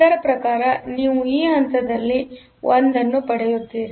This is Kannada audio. ಅದರ ಪ್ರಕಾರ ನೀವು ಈ ಹಂತದಲ್ಲಿ 1 ಅನ್ನು ಪಡೆಯುತ್ತೀರಿ